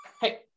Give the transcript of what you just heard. Hey